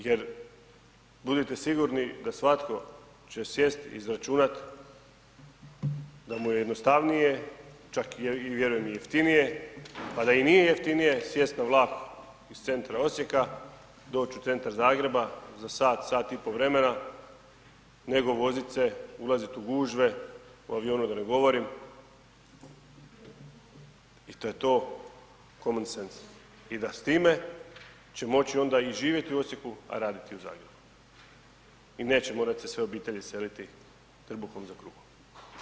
Jer budite sigurni da svatko će sjest, izračunat da mu je jednostavnije, čak vjerujem i jeftinije, pa da i nije jeftinije sjest na vlak iz centra Osijeka, doći u centar Zagreba za sat, sat i po vremena nego vozit se, ulazit u gužve o avionu da ne govorim i to je to …/nerazumljivo/… i da s time će moći onda i živjeti u Osijeku, a raditi u Zagrebu i neće morati se sve obitelji seliti trbuhom za kruhom.